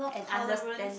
and understand